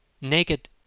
Naked